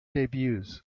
debuts